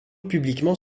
publiquement